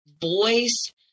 voice